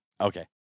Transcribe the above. Okay